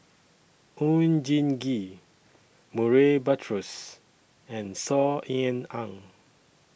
Oon Jin Gee Murray Buttrose and Saw Ean Ang